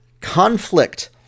conflict